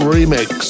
Remix